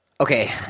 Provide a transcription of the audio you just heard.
Okay